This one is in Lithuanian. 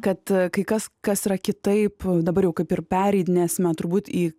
kad kai kas kas yra kitaip dabar jau kaip ir pereidinėsime turbūt į